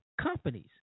companies